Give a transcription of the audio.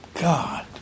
God